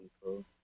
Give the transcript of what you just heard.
people